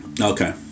Okay